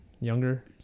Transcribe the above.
younger